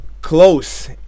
close